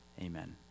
Amen